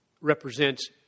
represents